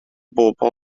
bobl